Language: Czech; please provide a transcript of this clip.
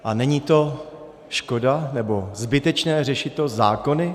A není to škoda, nebo zbytečné řešit to zákony?